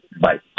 bye